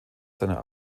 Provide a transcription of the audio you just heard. seiner